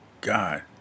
God